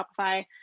Shopify